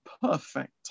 perfect